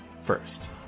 first